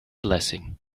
blessing